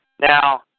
Now